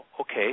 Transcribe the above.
okay